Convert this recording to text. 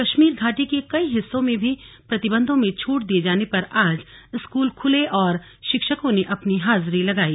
कश्मीर घाटी के कई हिस्सों में भी प्रतिबंधों में छूट दिये जाने पर आज स्कूल खुले और शिक्षकों ने अपनी हाजिरी लगाई